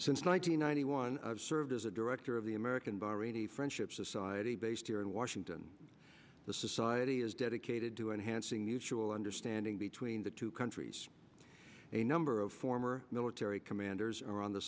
since nine hundred ninety one served as a director of the american bahraini friendship society based here in washington the society is dedicated to enhancing mutual understanding between the two countries a number of former military commanders are on the